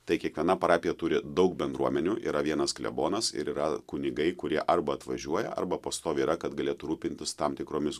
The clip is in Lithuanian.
tai kiekviena parapija turi daug bendruomenių yra vienas klebonas ir yra kunigai kurie arba atvažiuoja arba pastoviai yra kad galėtų rūpintis tam tikromis